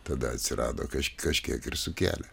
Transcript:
tada atsirado kas kažkiek ir sukėlė